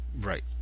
Right